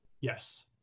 Yes